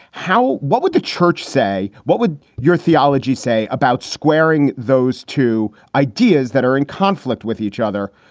how what would the church say? what would your theology say about squaring those two ideas that are in conflict with each other?